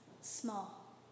small